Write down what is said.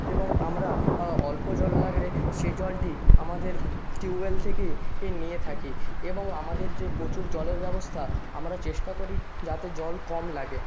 এবং আমরা অল্প জল লাগলে সেই জলটি আমাদের টিউবওয়েল থেকেই এ নিয়ে থাকি এবং আমাদের যে প্রচুর জলের ব্যবস্থা আমরা চেষ্টা করি যাতে জল কম লাগে